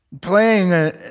playing